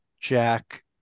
Jack